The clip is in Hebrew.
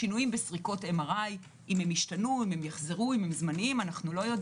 שינויים בסריקות MRI. אנחנו לא יודעים אם הם זמניים או לא.